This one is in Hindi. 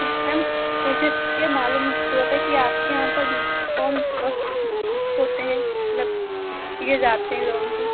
जी मैम मुझे यह मालूम हुआ था कि आपके यहाँ पर लोन होते हैं मलब दिए जाते हैं लोन को